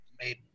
made